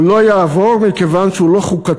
הוא לא יעבור מכיוון שהוא לא חוקתי,